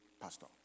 pastor